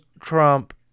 Trump